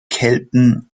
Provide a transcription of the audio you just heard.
kelten